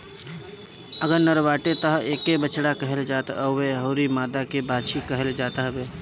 अगर नर बाटे तअ एके बछड़ा कहल जात हवे अउरी मादा के बाछी कहल जाता हवे